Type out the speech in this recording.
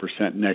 next